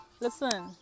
listen